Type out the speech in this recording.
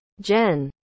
Jen